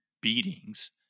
beatings